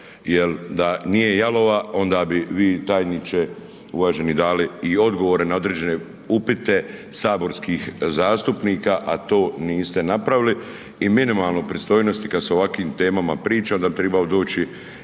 da nije jalova onda bi vi tajniče uvaženi dali i odgovore na određene upite saborskih zastupnika, a to niste napravili i minimalno pristojnosti kad se o ovakvim temama priča da bi tribao doći